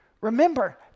Remember